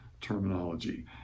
terminology